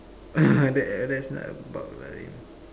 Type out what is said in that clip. !huh! there there's not about it